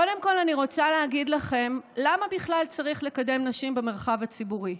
קודם כול אני רוצה להגיד לכם למה בכלל צריך לקדם נשים במרחב הציבורי.